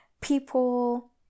people